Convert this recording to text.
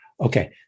Okay